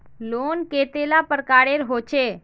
Loan कतेला प्रकारेर होचे?